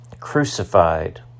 crucified